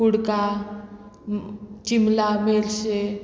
कुडका चिमला मेर्शे